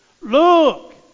Look